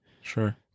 Sure